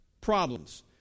problems